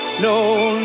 no